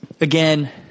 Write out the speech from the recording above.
again